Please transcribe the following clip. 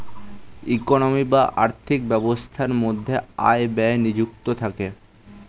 economy বা আর্থিক ব্যবস্থার মধ্যে আয় ব্যয় নিযুক্ত থাকে